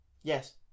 Yes